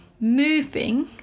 moving